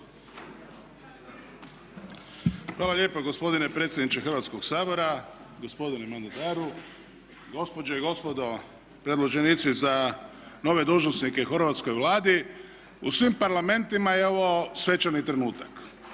Hvala lijepa gospodine predsjedniče Hrvatskog sabora, gospodine mandataru, gospođe i gospodo predloženici za nove dužnosnike u Hrvatskoj vladi. U svim parlamentima je ovo svečani trenutak,